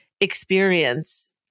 experience